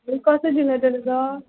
कसो दिलो तर तो